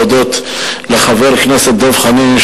להודות לחבר הכנסת דב חנין,